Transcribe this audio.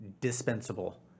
dispensable